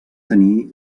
tenir